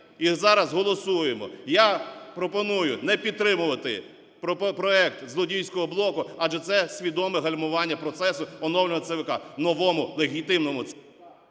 і зараз голосуємо. Я пропоную не підтримувати проект злодійського блоку, адже це свідоме гальмування процесу оновлення ЦВК. Новому легітимному ЦВК...